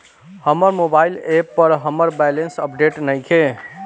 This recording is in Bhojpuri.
हमर मोबाइल ऐप पर हमर बैलेंस अपडेट नइखे